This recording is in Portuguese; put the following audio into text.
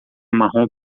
marrom